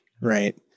right